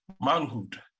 manhood